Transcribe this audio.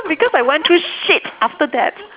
because I went through shit after that